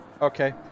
Okay